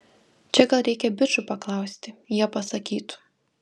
čia gal reikia bičų paklausti jie pasakytų